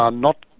ah not